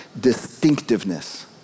distinctiveness